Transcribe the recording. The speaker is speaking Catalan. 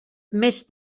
més